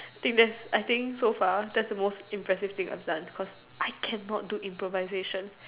I think that's I think so far that's the most impressive thing I've done cause I cannot do improvisation